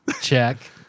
Check